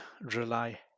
rely